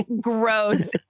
gross